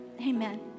Amen